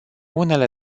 unele